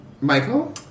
Michael